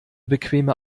bequeme